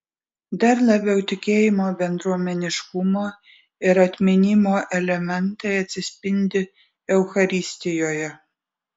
dar labiau tikėjimo bendruomeniškumo ir atminimo elementai atsispindi eucharistijoje